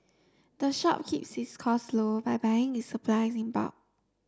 the shop keeps its cost low by buying its supplies in bulk